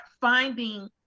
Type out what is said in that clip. finding